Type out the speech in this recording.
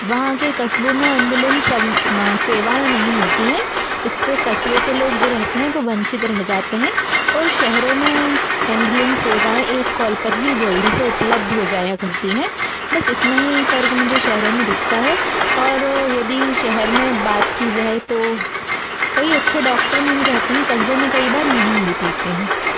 वहाँ के कस्बों में एम्बुलेंस सेवाएं नहीं होती है इससे कस्बे के लोग जो रहते है वो वंचित रह जाते हैं और शहरों में एम्बुलेंस सेवाएं एक कॉल पर ही जल्दी से उपलब्ध हो जाया करती है बस इतना ही फर्क मुझे शहरों में दिखाता है और यदि शहर मे बात की जाए तो कई अच्छे डॉक्टर मिल जाते है कस्बों में कई बार नहीं मिल पाते हैं